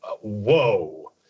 whoa